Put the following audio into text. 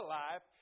life